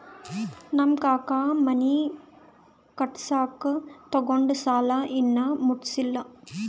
ನಮ್ ಕಾಕಾ ಮನಿ ಕಟ್ಸಾಗ್ ತೊಗೊಂಡ್ ಸಾಲಾ ಇನ್ನಾ ಮುಟ್ಸಿಲ್ಲ